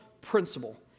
principle